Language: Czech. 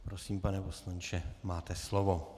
Prosím, pane poslanče, máte slovo.